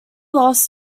lost